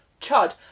Chud